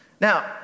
Now